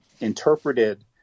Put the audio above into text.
interpreted